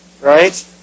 right